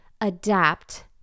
adapt